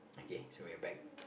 okay so we are back